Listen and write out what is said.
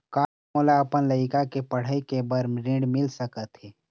का मोला अपन लइका के पढ़ई के बर ऋण मिल सकत हे?